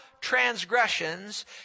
transgressions